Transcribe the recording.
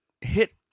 Hit